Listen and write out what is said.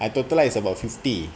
I total up is about fifty